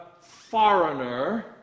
foreigner